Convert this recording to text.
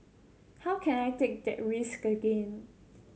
how can I take that risk again